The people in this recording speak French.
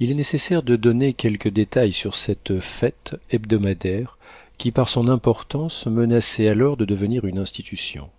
il est nécessaire de donner quelques détails sur cette fête hebdomadaire qui par son importance menaçait alors de devenir une institution